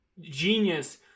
genius